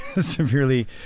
severely